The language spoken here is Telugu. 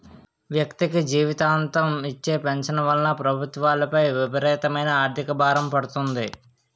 వ్యక్తికి జీవితాంతం ఇచ్చే పెన్షన్ వలన ప్రభుత్వాలపై విపరీతమైన ఆర్థిక భారం పడుతుంది